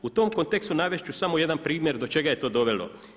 U tom kontekstu navesti ću samo jedan primjer do čega je to dovelo.